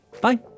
Bye